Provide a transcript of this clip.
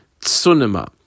Tsunema